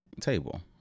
table